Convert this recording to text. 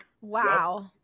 Wow